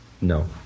No